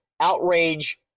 outrage